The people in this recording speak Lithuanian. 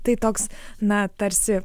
tai toks na tarsi